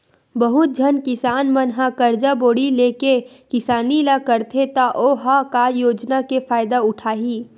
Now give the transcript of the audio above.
बहुत झन किसान मन ह करजा बोड़ी लेके किसानी ल करथे त ओ ह का योजना के फायदा उठाही